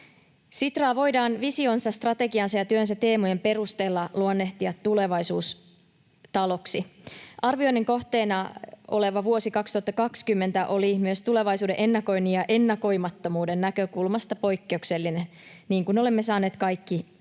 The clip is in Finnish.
Sitraa voidaan visionsa, strategiansa ja työnsä teemojen perusteella luonnehtia tulevaisuustaloksi. Arvioinnin kohteena oleva vuosi 2020 oli myös tulevaisuuden ennakoinnin ja ennakoimattomuuden näkökulmasta poikkeuksellinen, niin kuin olemme saaneet kaikki nähdä.